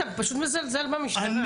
תגיד לי, אתה פשוט מזלזל במשטרה.